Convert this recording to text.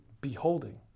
beholding